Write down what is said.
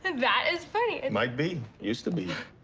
that is funny. might be? used to be?